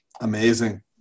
Amazing